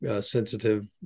sensitive